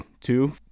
two